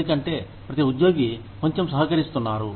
ఎందుకంటే ప్రతి ఉద్యోగి కొంచెం సహకరిస్తున్నారు